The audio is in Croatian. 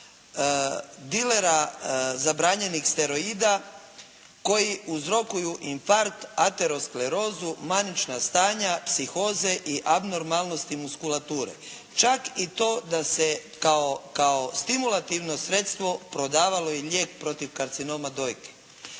dilera zabranjenih steroida koji uzrokuju infarkt, arteriosklerozu, manična stanja, psihoze i abnormalnosti muskulature. Čak i to da se kao stimulativno sredstvo prodavao i lijek protiv karcinoma dojke.